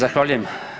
Zahvaljujem.